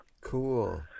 Cool